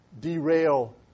Derail